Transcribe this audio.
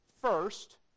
first